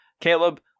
Caleb